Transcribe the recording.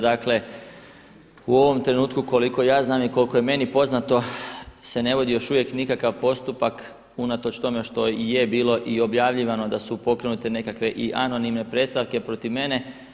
Dakle, u ovom trenutku koliko ja znam i koliko je meni poznato se ne vodi još uvijek nikakav postupak unatoč tome što i je bilo i objavljivano da su pokrenute nekakve i anonimne predstavke protiv mene.